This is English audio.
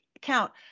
count